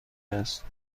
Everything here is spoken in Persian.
است